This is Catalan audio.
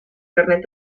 carnet